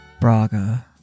Braga